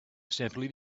simply